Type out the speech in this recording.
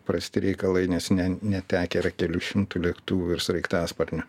prasti reikalai nes ne netekę yra kelių šimtų lėktuvų ir sraigtasparnių